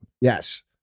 Yes